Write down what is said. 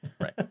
Right